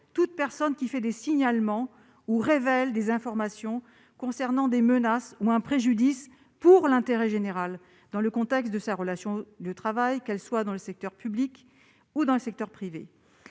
toute personne qui fait des signalements ou révèle des informations concernant des menaces ou un préjudice pour l'intérêt général dans le contexte de sa relation de travail, qu'elle soit dans le secteur public ou dans le secteur privé